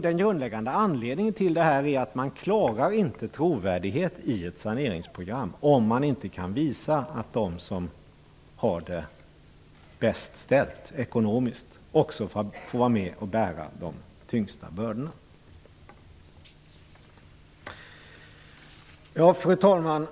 Den grundläggande anledningen till detta är att man inte klarar trovärdighet i ett saneringsprogram, om man inte kan visa att de som har det bäst ställt ekonomiskt också får vara med och bära de tyngsta bördorna. Fru talman!